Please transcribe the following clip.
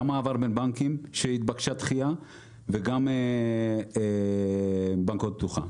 גם מעבר בין בנקים שהתבקשה דחייה וגם בנקאות פתוחה.